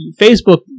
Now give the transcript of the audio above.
Facebook